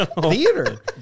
theater